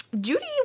Judy